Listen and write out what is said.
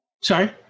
Sorry